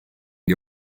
die